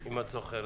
אם את זוכרת.